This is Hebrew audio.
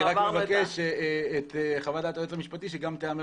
אני רק מבקש את חוות דעת היועץ המשפטי שגם תיאמר